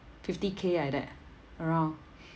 fifty K like that around